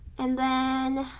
and then,